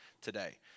today